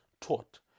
taught